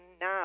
now